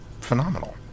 phenomenal